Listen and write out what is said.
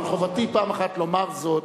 אבל חובתי פעם אחת לומר זאת,